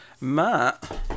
Matt